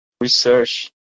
research